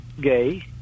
gay